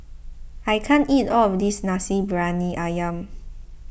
I can't eat all of this Nasi Briyani Ayam